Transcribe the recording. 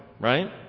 right